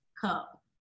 cup